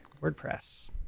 WordPress